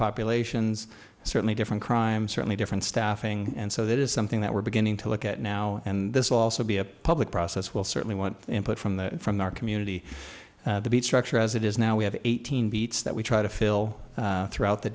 populations certainly different crime certainly different staffing and so that is something that we're beginning to look at now and this will also be a public process will certainly want input from the from the community the beach structure as it is now we have eighteen beats that we try to fill throughout the